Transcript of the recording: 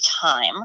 time